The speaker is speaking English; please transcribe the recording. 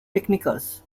picnickers